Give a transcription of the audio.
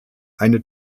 eine